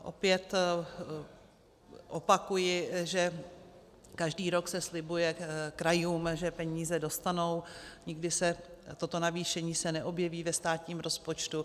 Opět opakuji, že každý rok se slibuje krajům, že peníze dostanou, nikdy se toto navýšení neobjeví ve státním rozpočtu.